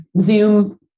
Zoom